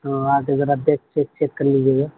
تو آ کے ذرا دیکھ چیک چیک کر لیجیے گا